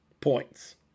points